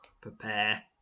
Prepare